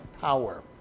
power